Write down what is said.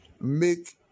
Make